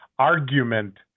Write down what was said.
Argument